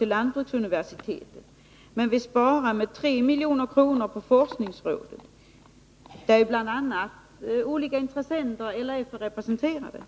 till lantbruksuniversitetet med 4 milj.kr., medan man vill spara med 3 miljoner på forskningsrådet, där bl.a. olika intressenter för LRF är representerade?